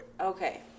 Okay